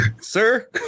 sir